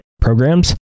programs